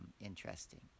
interesting